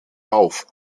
auf